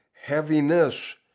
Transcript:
heaviness